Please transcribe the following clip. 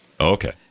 Okay